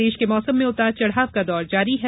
प्रदेश के मौसम में उतार चढ़ाव का दौर जारी है